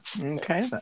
Okay